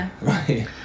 Right